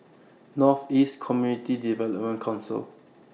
North East Community Development Council